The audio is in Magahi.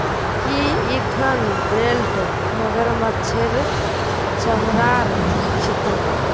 की इखन बेल्ट मगरमच्छेर चमरार छिके